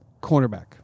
cornerback